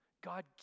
God